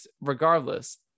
regardless